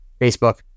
Facebook